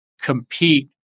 compete